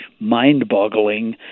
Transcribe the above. mind-boggling